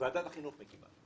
שוועדת החינוך מקימה,